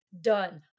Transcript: done